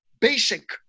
basic